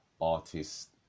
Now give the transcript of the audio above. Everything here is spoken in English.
artist